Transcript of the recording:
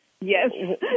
Yes